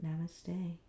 Namaste